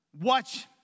Watch